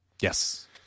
Yes